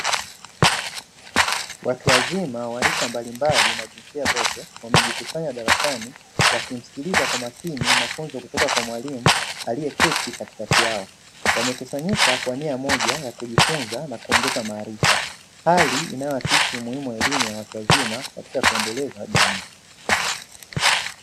Watu wazima wa rika mbalimbali na jinsia zote wamejikusanya darasani wakimsikiliza kwa makini mafunzo kutoka kwa mwalimu aliyeketi katikati yao, wamekusanyika kwa nia moja ya kujifunza na kuongeza maarifa, hali inayoakisi umuhimu wa elimu ya watu wazima katika kuendeleza jamii.